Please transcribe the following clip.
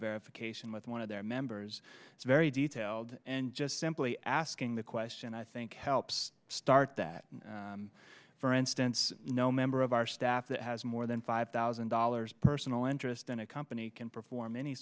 verification with one of their members is very detailed and just simply asking the question i think helps start that for instance no member of our staff that has more than five thousand dollars personal interest in a company can perform any